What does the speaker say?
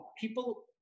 people